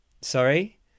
Sorry